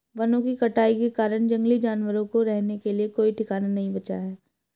वनों की कटाई के कारण जंगली जानवरों को रहने के लिए कोई ठिकाना नहीं बचा है